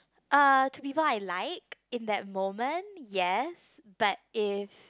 uh to people I like in that moment yes but if